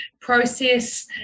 process